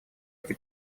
эти